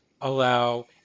allow